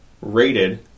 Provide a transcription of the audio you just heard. Rated